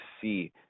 see